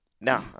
No